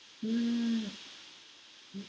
mm